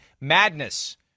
madness